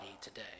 today